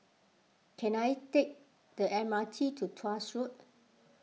can I take the M R T to Tuas Road